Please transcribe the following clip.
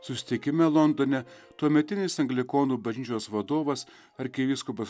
susitikime londone tuometinis anglikonų bažnyčios vadovas arkivyskupas